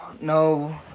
No